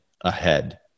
ahead